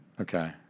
Okay